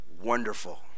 wonderful